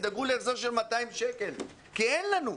תדאגו להחזר של 200 שקלים כי אין לנו.